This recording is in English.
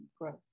growth